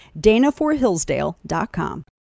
DanaforHillsdale.com